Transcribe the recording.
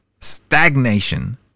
stagnation